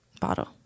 bottle